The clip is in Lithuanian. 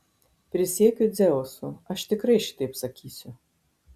prisiekiu dzeusu aš tikrai šitaip sakysiu